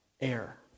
Air